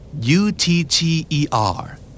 U-T-T-E-R